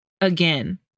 again